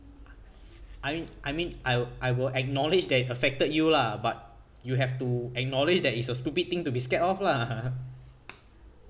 I mean I mean I I will acknowledged that it affected you lah but you have to acknowledge that it's a stupid thing to be scared of lah